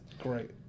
great